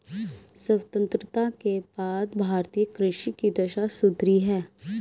स्वतंत्रता के बाद भारतीय कृषि की दशा सुधरी है